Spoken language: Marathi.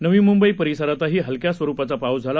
नवी मुंबई परिसरातही हलक्या स्वरुपाचा पाऊस झाला